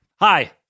Hi